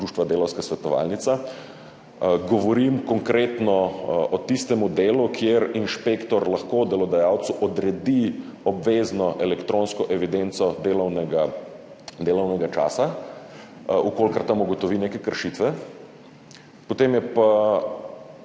Delavska svetovalnica. Govorim konkretno o tistem delu, kjer lahko inšpektor delodajalcu odredi obvezno elektronsko evidenco delovnega časa, v kolikor tam ugotovi neke kršitve. Potem pa